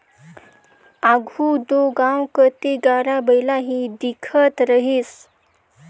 आघु दो गाँव कती गाड़ा बइला ही दिखत रहिस